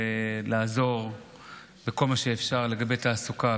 לעזור בכל מה שאפשר לגבי התעסוקה,